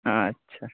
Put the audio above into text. ᱟᱪᱷᱟ